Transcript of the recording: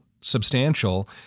substantial—